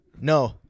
No